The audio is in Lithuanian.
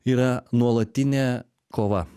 yra nuolatinė kova